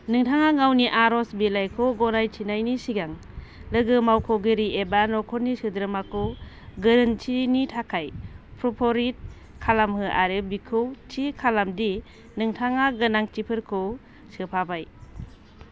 नोंथाङा गावनि आरज बिलाइखौ गथायनायनि सिगां लोगो मावख'गिरि एबा न'खरनि सोद्रोमाखौ गोरोन्थिनि थाखाय प्रुफरिड खालामहो आरो बेखौ थि खालाम दि नोंथाङा गोनांथिफोरखौ सोफाबाय